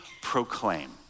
proclaim